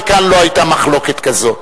וכאן לא היתה מחלוקת כזו.